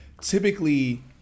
typically –